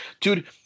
dude